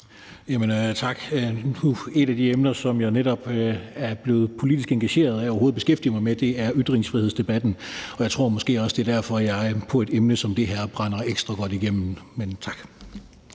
Tak. Et af de emner, som jeg netop er blevet politisk engageret af overhovedet at beskæftige mig med, er ytringsfriheden, og jeg tror også, det er derfor, at jeg på et emne som det her brænder ekstra godt igennem – men tak.